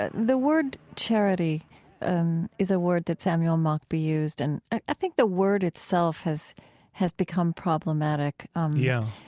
ah the word charity um is a word that samuel mockbee used. and i think the word itself has has become problematic um yeah,